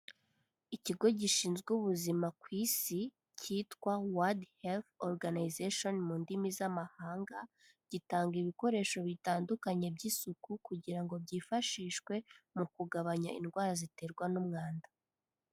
Ikigo gishinzwe ubuzima ku Isi cyitwa World Health Organization mu ndimi z'amahanga, gitanga ibikoresho bitandukanye by'isuku kugira ngo byifashishwe mu kugabanya indwara ziterwa n'umwanda.